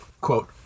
quote